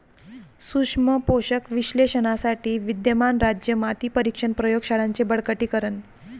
सूक्ष्म पोषक विश्लेषणासाठी विद्यमान राज्य माती परीक्षण प्रयोग शाळांचे बळकटीकरण